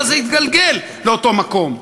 אבל זה התגלגל לאותו מקום.